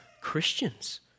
Christians